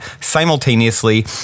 simultaneously